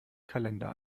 kalender